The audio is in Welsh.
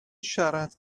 siarad